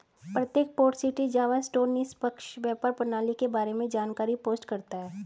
प्रत्येक Port City Java store निष्पक्ष व्यापार प्रणाली के बारे में जानकारी पोस्ट करता है